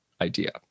idea